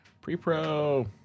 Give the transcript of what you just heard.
Pre-pro